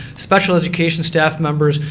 special education staff members,